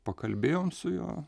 pakalbėjom su juo